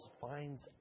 finds